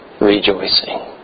rejoicing